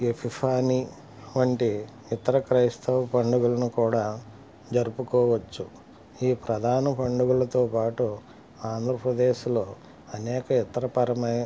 ఈ ఫిఫాని వంటి ఇతర క్రైస్తవ పండగలను కూడా జరుపుకోవచ్చు ఈ ప్రధాన పండుగలతో పాటు ఆంధ్రప్రదేశ్లో అనేక ఇతర పరమే